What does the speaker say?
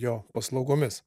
jo paslaugomis